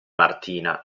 martina